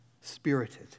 spirited